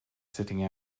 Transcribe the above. sitting